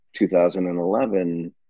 2011